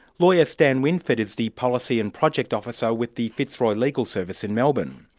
lawyer stan winford is the policy and project officer with the fitzroy legal service in melbourne.